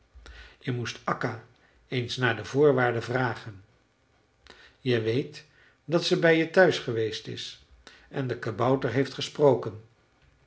je moest akka eens naar de voorwaarden vragen je weet dat ze bij je thuis geweest is en den kabouter heeft gesproken